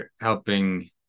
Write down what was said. helping